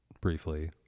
briefly